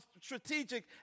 strategic